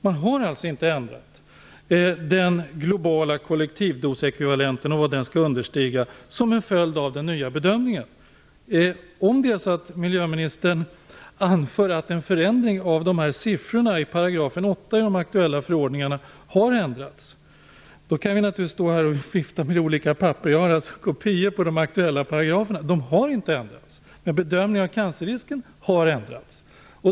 Man har alltså inte ändrat den globala kollektivdosekvivalenten som en följd av den nya bedömningen. Om miljöministern menar att en förändring av siffrorna i 8 § i den aktuella förordningen har ändrats har vi olika papper. Jag har kopior på de aktuella paragraferna, och de har inte förändrats. Men bedömningen av cancerrisken har förändrats.